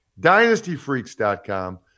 DynastyFreaks.com